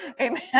Amen